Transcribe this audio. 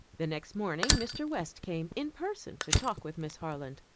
the next morning mr. west came in person to talk with miss harland.